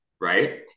right